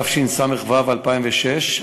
התשס"ו 2006,